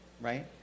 right